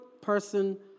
person